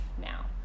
now